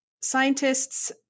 scientists